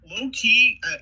low-key